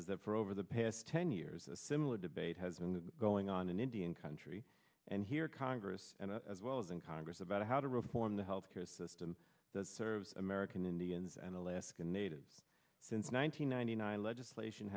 is that for over the past ten years a similar debate has been going on in indian country and here congress and as well as in congress about how to reform the health care system that serves american indians and alaska natives since one thousand nine hundred ninety legislation